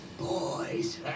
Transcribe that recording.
boys